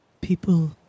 People